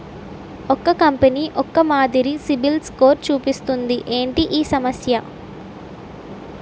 ఒక్కో కంపెనీ ఒక్కో మాదిరి సిబిల్ స్కోర్ చూపిస్తుంది ఏంటి ఈ సమస్య?